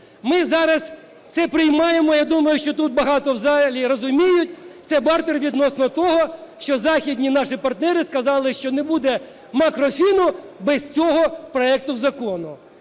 Ми зараз це приймаємо, я думаю, що тут багато в залі розуміють, це бартер відносно того, що західні наші партнери сказали, що не буде макрофіну без цього проекту закону.